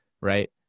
Right